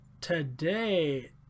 today